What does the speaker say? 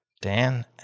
Dan